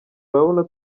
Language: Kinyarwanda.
urabona